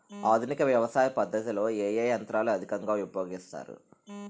ఆధునిక వ్యవసయ పద్ధతిలో ఏ ఏ యంత్రాలు అధికంగా ఉపయోగిస్తారు?